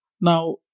Now